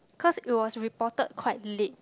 cause it was reported quite late